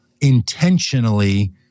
intentionally